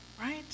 right